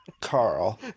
Carl